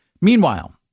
Meanwhile